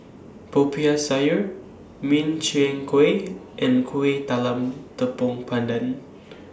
Popiah Sayur Min Chiang Kueh and Kueh Talam Tepong Pandan